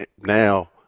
now